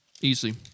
Easy